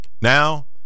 now